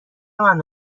منو